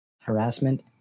harassment